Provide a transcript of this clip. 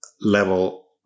level